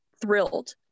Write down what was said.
thrilled